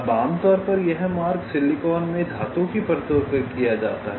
अब आमतौर पर यह मार्ग सिलिकॉन में धातु की परतों पर किया जाता है